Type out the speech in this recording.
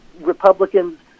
Republicans